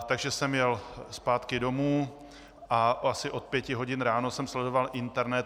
Takže jsem jel zpátky domů a asi od pěti hodin ráno jsem sledoval internet.